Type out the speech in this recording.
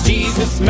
Jesus